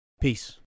Peace